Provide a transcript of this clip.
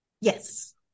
Yes